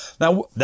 Now